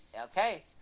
okay